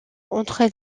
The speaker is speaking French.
entre